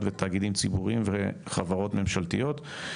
ותאגידים ציבוריים וחברות ממשלתיות.